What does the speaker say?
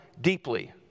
deeply